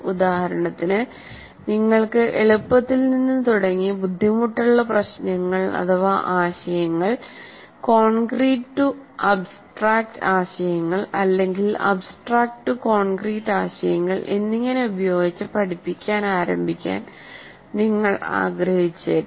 ഉദാഹരണത്തിന് നിങ്ങൾക്ക് എളുപ്പത്തിൽ നിന്ന് തുടങ്ങി ബുദ്ധിമുട്ടുള്ള പ്രശ്നങ്ങൾ ആശയങ്ങൾ കോൺക്രീറ്റ് ടു അബ്സ്ട്രാക്ട് ആശയങ്ങൾ അല്ലെങ്കിൽ അബ്സ്ട്രാക്ട് ടു കോൺക്രീറ്റ് ആശയങ്ങൾ എന്നിങ്ങനെ ഉപയോഗിച്ച് പഠിപ്പിക്കാൻ ആരംഭിക്കാൻ നിങ്ങൾ ആഗ്രഹിച്ചേക്കാം